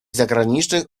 zagranicznych